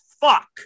fuck